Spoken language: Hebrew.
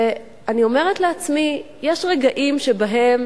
ואני אומרת לעצמי, יש רגעים שבהם